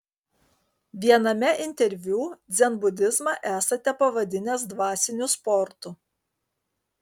viename interviu dzenbudizmą esate pavadinęs dvasiniu sportu